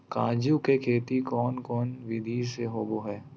काजू के खेती कौन कौन विधि से होबो हय?